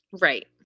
Right